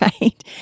right